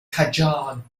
qajar